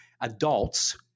adults